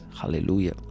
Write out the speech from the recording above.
hallelujah